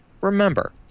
remember